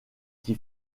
qui